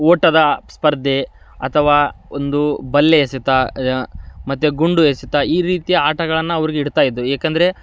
ಓಟದ ಸ್ಪರ್ಧೆ ಅಥವಾ ಒಂದು ಬಲ್ಲೆ ಎಸೆತ ಮತ್ತು ಗುಂಡು ಎಸೆತ ಈ ರೀತಿ ಆಟಗಳನ್ನು ಅವ್ರಿಗೆ ಇಡ್ತಾ ಇದ್ರು ಏಕೆಂದ್ರೆ